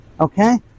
okay